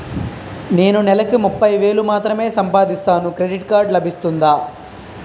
నేను నెల కి ముప్పై వేలు మాత్రమే సంపాదిస్తాను క్రెడిట్ కార్డ్ లభిస్తుందా?